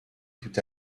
tout